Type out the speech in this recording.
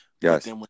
Yes